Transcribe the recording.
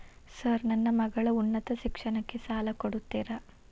Sir ನನ್ನ ಮಗಳ ಉನ್ನತ ಶಿಕ್ಷಣಕ್ಕೆ ಸಾಲ ಕೊಡುತ್ತೇರಾ?